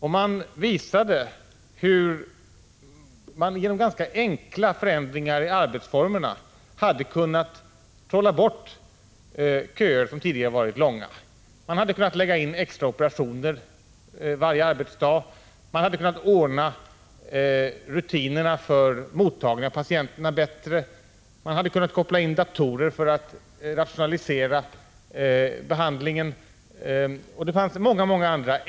De visade hur man genom att på ett ganska enkelt sätt förändra arbetsformerna på många håll har kunnat trolla bort de långa köerna inom sjukvården. Man hade. ex. kunnat planera in extra operationer varje arbetsdag. Man hade kunnat förbättra rutinerna för mottagning av patienter. Man hade kunnat använda sig av datorer. På det sättet hade behandlingen rationaliserats.